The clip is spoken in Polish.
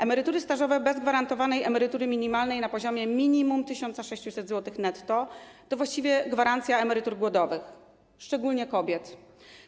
Emerytury stażowe bez gwarantowanej emerytury minimalnej na poziomie minimum 1600 zł netto to właściwie gwarancja emerytur głodowych, szczególnie w przypadku kobiet.